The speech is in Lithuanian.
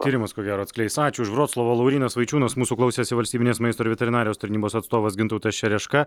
tyrimas ko gero atskleis ačiū iš vroclavo laurynas vaičiūnas mūsų klausėsi valstybinės maisto ir veterinarijos tarnybos atstovas gintautas čereška